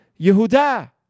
Yehuda